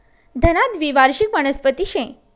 धना द्वीवार्षिक वनस्पती शे